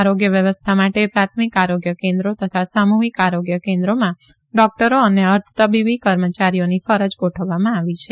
આરોગ્ય વ્યવસ્થા માટે પ્રાથમિક આરોગ્ય કેન્દ્રો તથા સામુહિક આરોગ્ય કેન્દ્રોમાં ડોકટરો અને અર્ધતબીબી કર્મચારીઓની ફરજ ગોઠવવામાં આવી છે